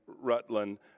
Rutland